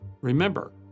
Remember